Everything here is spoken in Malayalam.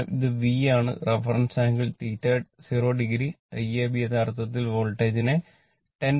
ഇത് V ആണ് reference angle 0o I ab യഥാർത്ഥത്തിൽ വോൾട്ടേജ്നെ 10